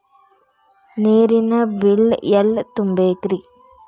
ನೇರಿನ ಬಿಲ್ ಎಲ್ಲ ತುಂಬೇಕ್ರಿ?